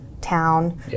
town